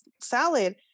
salad